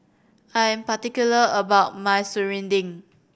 I am particular about my serunding